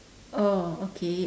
oh okay